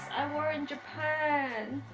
i wore in japan.